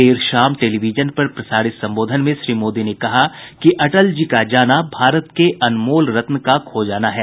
देर शाम टेलिविजन पर प्रसारित संबोधन में श्री मोदी ने कहा कि अटल जी का जाना भारत के अनमोल रत्न का खो जाना है